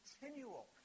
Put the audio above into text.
continual